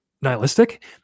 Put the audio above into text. nihilistic